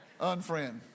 Unfriend